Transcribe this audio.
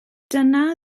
dyna